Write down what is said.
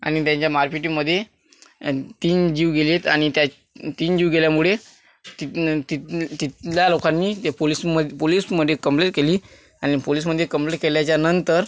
आणि त्याच्या मारपिटीमध्ये तीन जीव गेले आहेत आणि त्या तीन जीव गेल्यामुळे तिथून तिथून तिथल्या लोकांनी ते पोलीसमध्ये पोलीसमध्ये कंप्लेल् केली आणि पोलीसमध्ये कंप्लेट केल्यानंतर